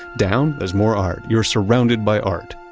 down, there's more art. you're surrounded by art